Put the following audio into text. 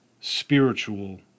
spiritual